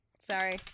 Sorry